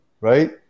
right